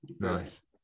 Nice